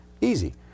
Easy